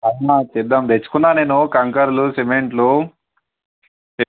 అవునా చేద్దాం తెచ్చుకున్నా నేను కంకర్లు సిమెంట్లు తె